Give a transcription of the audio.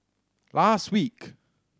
last week